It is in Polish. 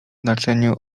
znaczeniu